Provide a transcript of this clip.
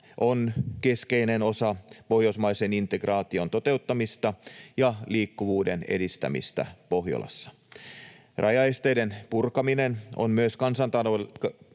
on keskeinen osa pohjoismaisen integraation toteuttamista ja liikkuvuuden edistämistä Pohjolassa. Rajaesteiden purkaminen on myös kansantalouden